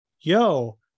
Yo